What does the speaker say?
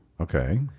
Okay